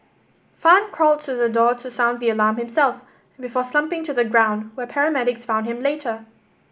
Fan crawled to the door to sound the alarm himself before slumping to the ground where paramedics found him later